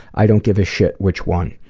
i don't give a shit which one.